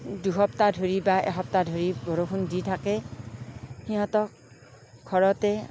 দুসপ্তাহ ধৰি বা এসপ্তাহ ধৰি বৰষুণ দি থাকে সিহঁতক ঘৰতে